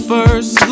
First